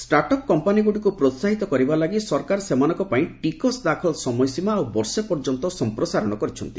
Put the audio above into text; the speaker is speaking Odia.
ଷ୍ଟାର୍ଟ ଅପ୍ କମ୍ପାନୀଗୁଡ଼ିକୁ ପ୍ରୋସାହିତ କରିବା ଲାଗି ସରକାର ସେମାନଙ୍କ ପାଇଁ ଟିକସ ଦାଖଲ ସମୟସୀମା ଆଉ ବର୍ଷେ ପର୍ଯ୍ୟନ୍ତ ସମ୍ପ୍ରସାରଣ କରିଛନ୍ତି